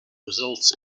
results